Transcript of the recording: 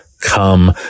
come